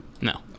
No